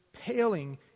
paling